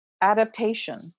adaptation